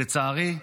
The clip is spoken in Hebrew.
לצערי,